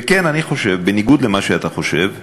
וכן, אני חושב, בניגוד למה שאתה חושב,